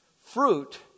Fruit